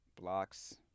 blocks